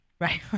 Right